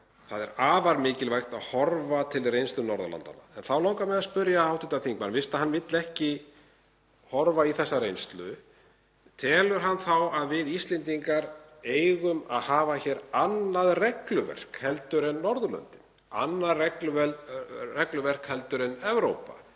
það er afar mikilvægt að horfa til reynslu Norðurlandanna. Þá langar mig að spyrja hv. þingmann: Fyrst hann vill ekki horfa í þessa reynslu telur hann þá að við Íslendingar eigum að hafa hér annað regluverk en Norðurlöndin, annað regluverk en Evrópa?